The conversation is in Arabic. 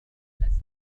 ألست